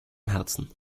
herzen